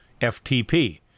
FTP